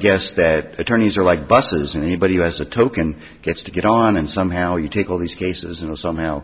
guess that attorneys are like buses and anybody who has a token gets to get on and somehow you take all these cases and on how